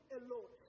alone